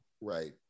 right